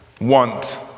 want